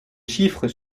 chiffres